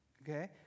okay